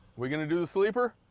we gonna do the sleeper?